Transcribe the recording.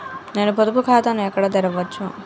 నేను పొదుపు ఖాతాను ఎక్కడ తెరవచ్చు?